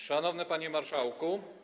Szanowny Panie Marszałku!